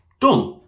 Done